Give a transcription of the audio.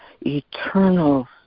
eternal